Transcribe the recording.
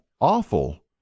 awful